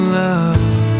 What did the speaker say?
love